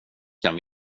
kan